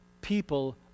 people